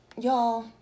y'all